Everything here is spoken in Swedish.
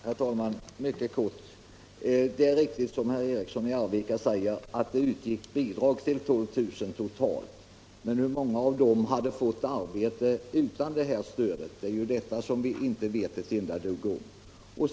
Herr talman! Det är riktigt som herr Eriksson i Arvika sade, att det utgick bidrag till totalt 12 000, men hur många av dem hade fått arbete utan detta stöd? Det vet vi inte någonting om.